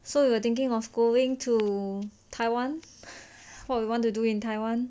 so you were thinking of going to taiwan what we want to do in taiwan